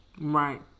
Right